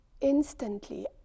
instantly